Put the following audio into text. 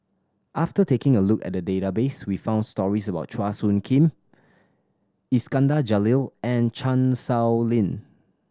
after taking a look at the database we found stories about Chua Soo Khim Iskandar Jalil and Chan Sow Lin